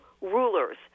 rulers